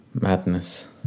madness